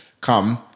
come